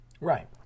Right